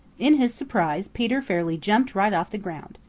in his surprise peter fairly jumped right off the ground.